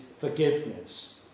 forgiveness